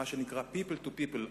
מה שנקרא people to people,